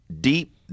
deep